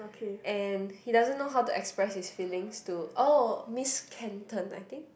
and he doesn't know how to express his feelings to oh Miss Kenton I think